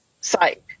site